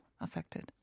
affected